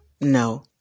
No